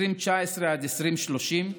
2019 עד 2030,